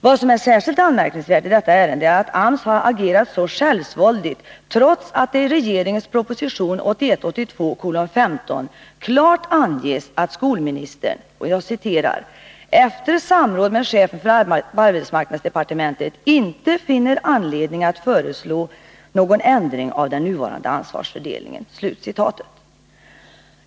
Vad som är särskilt anmärkningsvärt i detta ärende är att AMS har agerat så självsvåldigt, trots att det i regeringens proposition 1981/82:15 klart anges att skolministern ”efter samråd med chefen för arbetsmarknadsdepartementet inte finner anledning att föreslå någon ändring av den nuvarande ansvarsfördelningen”.